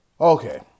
Okay